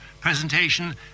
presentation